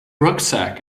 rucksack